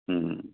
ହୁଁ